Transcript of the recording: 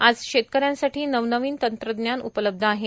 आज शेतकऱ्यांसाठी नवनवीन तंत्रज्ञान उपलबध्द आहे